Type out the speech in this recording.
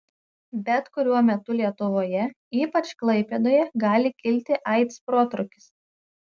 bet kuriuo metu lietuvoje ypač klaipėdoje gali kilti aids protrūkis